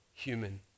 human